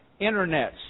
internets